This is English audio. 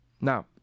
Now